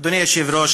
אדוני היושב-ראש,